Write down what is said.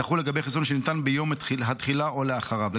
תחול לגבי חיסון שניתן ביום התחילה או אחריו.